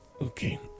Okay